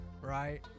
right